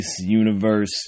universe